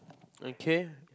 okay